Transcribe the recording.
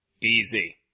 Easy